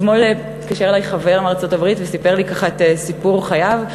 אתמול התקשר אלי חבר מארצות-הברית וסיפר לי את סיפור חייו.